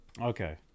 okay